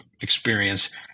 experience